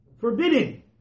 Forbidden